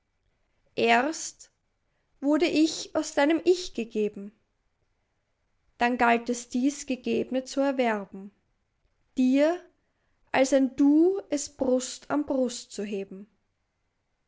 erst wurde ich aus deinem ich gegeben dann galt es dies gegebne zu erwerben dir als ein du es brust an brust zu heben